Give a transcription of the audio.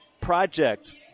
Project